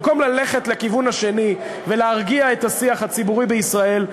במקום ללכת לכיוון השני ולהרגיע את השיח הציבורי בישראל,